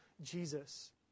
Jesus